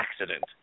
accident